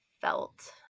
felt